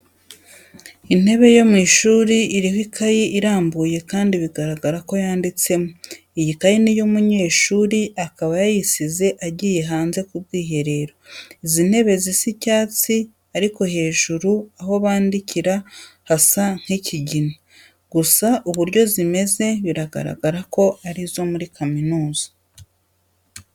Intebe yo mu ishuri iriho ikayi irambuye kandi bigaragara ko yanditsemo. Iyi kayi ni iy'umunyeshuri, akaba yayisize agiye hanze ku bwiherero. Izi ntebe zisa icyatsi ariko hejuru aho bandikira hasa nk'ikigina, gusa uburyo zimeze biragaragara ko ari izo muri kaminuza.